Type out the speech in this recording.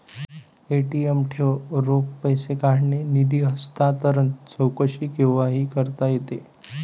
ATM ठेव, रोख पैसे काढणे, निधी हस्तांतरण, चौकशी केव्हाही करता येते